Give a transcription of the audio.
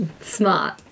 Smart